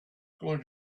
going